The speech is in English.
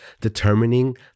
determining